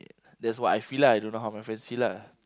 that's what I feel lah I don't know how my friends feel lah